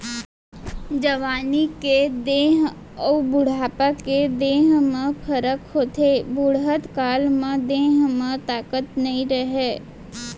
जवानी के देंह अउ बुढ़ापा के देंह म फरक होथे, बुड़हत काल म देंह म ताकत नइ रहय